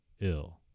ill